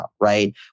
right